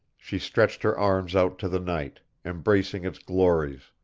she stretched her arms out to the night, embracing its glories,